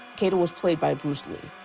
kato was played by bruce lee.